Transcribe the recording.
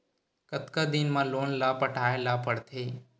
कतका दिन मा लोन ला पटाय ला पढ़ते?